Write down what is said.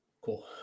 Cool